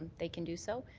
they can do so.